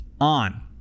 on